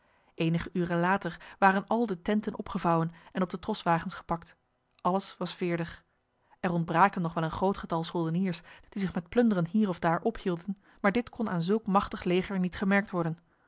enige uren later waren al de tenten opgevouwen en op de troswagens gepakt alles was veerdig er ontbraken nog wel een groot getal soldeniers die zich met plunderen hier of daar ophielden maar dit kon aan zulk machtig leger niet gemerkt worden